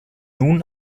nun